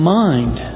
mind